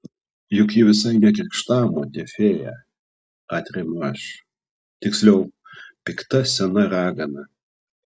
juk ji visai ne krikštamotė fėja atremiu aš tiksliau pikta sena ragana